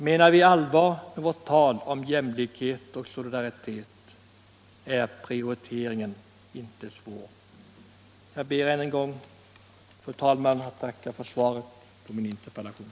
Menar vi allvar med vårt tal om jämlikhet och solidaritet, är prioriteringen inte svår. Jag ber ännu en gång, fru talman, att få tacka för svaret på min interpellation.